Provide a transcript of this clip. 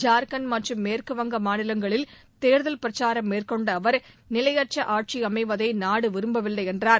ஜார்க்கண்ட் மற்றும் மேற்குவங்க மாநிலங்களில் தேர்தல் பிரச்சாரம் மேற்கொண்ட அவர் நிலையற்ற ஆட்சி அமைவதை நாடு விரும்பவில்லை என்றார்